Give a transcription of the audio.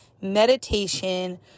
meditation